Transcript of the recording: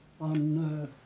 on